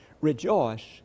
Rejoice